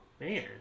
man